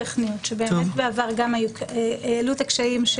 והיא דיברה על הקושי הטכנולוגי שגם אותו אמרתי שאפשר